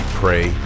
pray